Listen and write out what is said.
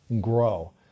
grow